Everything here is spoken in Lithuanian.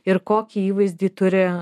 ir kokį įvaizdį turi